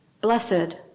Blessed